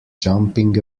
jumping